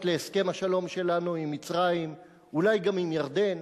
להסכם השלום שלנו עם מצרים ואולי גם עם ירדן,